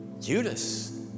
Judas